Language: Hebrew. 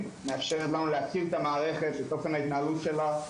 מאפשרת לנו להציל את המערכת ואת אופן ההתנהלות שלה,